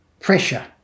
pressure